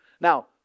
Now